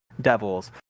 devils